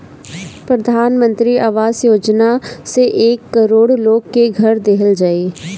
प्रधान मंत्री आवास योजना से एक करोड़ लोग के घर देहल जाई